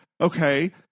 Okay